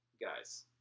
guys